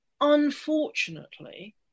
Unfortunately